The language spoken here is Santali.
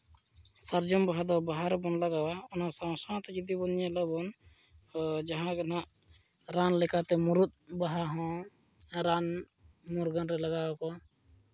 ᱥᱟᱨᱡᱚᱢ ᱵᱟᱦᱟ ᱫᱚ ᱵᱟᱦᱟ ᱨᱮᱵᱚᱱ ᱞᱟᱜᱟᱣᱟ ᱚᱱᱟ ᱥᱟᱶ ᱥᱟᱶᱛᱮ ᱡᱩᱫᱤ ᱵᱚᱱ ᱧᱮᱞ ᱟᱵᱚᱱ ᱡᱟᱦᱟᱸ ᱜᱮ ᱦᱟᱸᱜ ᱨᱟᱱ ᱞᱮᱠᱟᱛᱮ ᱢᱩᱨᱩᱫ ᱵᱟᱦᱟ ᱦᱚᱸ ᱨᱟᱱ ᱢᱩᱨᱜᱟᱹᱱ ᱨᱮ ᱞᱟᱜᱟᱣ ᱟᱠᱚ